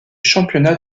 championnats